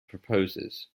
proposes